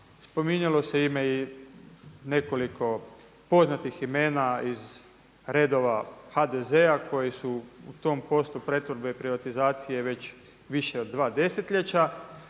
Spominjalo se i nekoliko poznatih imena iz redova HDZ-a koji su u tom poslu pretvorbe i privatizacije već više od 2 desetljeća.